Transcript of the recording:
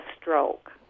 stroke